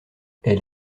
elle